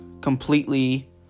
completely